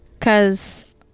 Cause